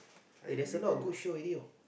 eh there's a lot of good show already know